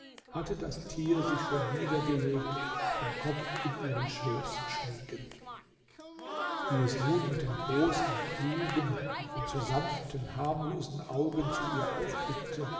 hatte das tier sich schon niedergelegt den kopf in ihren schoß schmiegend wie es nun mit den großen klugen und so sanften harmlosen augen zu ihr aufblickte